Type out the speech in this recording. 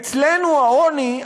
אצלנו העוני,